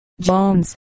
Jones